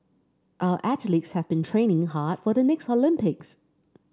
our athletes have been training hard for the next Olympics